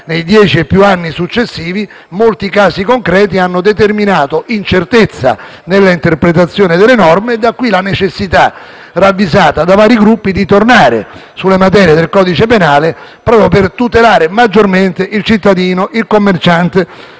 nei dieci e più anni successivi, molti casi concreti hanno determinato incertezza nella interpretazione delle norme; da qui la necessità, ravvisata da vari Gruppi, di tornare sulle materie del codice penale proprio per tutelare maggiormente il cittadino, il commerciante